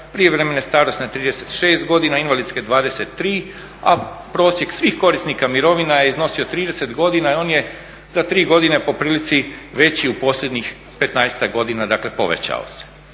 prijevremene starosne 36 godina, invalidske 23, a prosjek svih korisnika mirovina je iznosio 30 godina i on je za tri godine po prilici veći u posljednjih petnaestak godina, dakle povećao se.